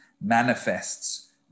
manifests